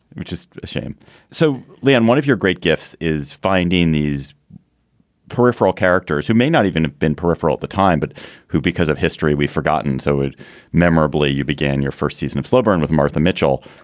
which is shame so, leon, one of your great gifts is finding these peripheral characters who may not even have been peripheral at the time, but who, because of history, we've forgotten so memorably. you began your first season of slow burn with martha mitchell,